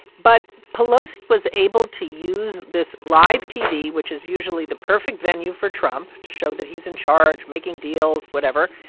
but pelosi was able to use this live tv, which is usually the perfect venue for trump to show that he's in charge, making deals, whatever.